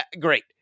great